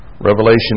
Revelation